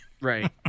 Right